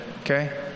Okay